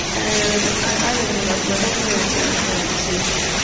and i live in new york. my both parents are are deceased.